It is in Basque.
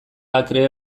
akre